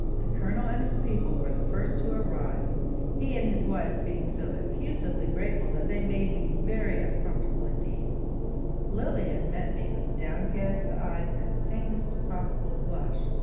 the colonel and his people were the first to arrive he and his wife being so effusively grateful that they made me very uncomfortable indeed lilian met me with downcast eyes, and the faintest possible blush,